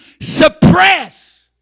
suppress